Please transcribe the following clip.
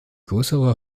größere